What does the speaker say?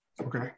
okay